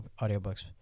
audiobooks